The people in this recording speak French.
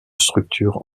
structure